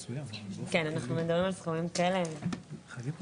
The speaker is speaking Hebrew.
כן, אנחנו מדברים על סכומים כאלה לגמרי.